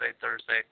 Thursday